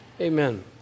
Amen